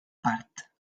part